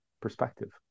perspective